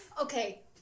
Okay